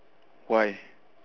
why